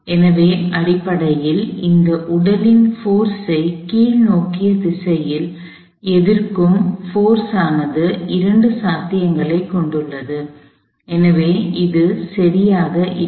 எனவே அடிப்படையில் இந்த உடலின் போர்ஸ் ஐ கீழ்நோக்கிய திசையில் எதிர்க்கும் போர்ஸ் ஆனது இரண்டு சாத்தியங்களைக் கொண்டுள்ளது எனவே இது சரியாக இல்லை